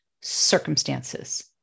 circumstances